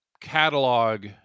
catalog